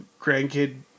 grandkid